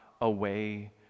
away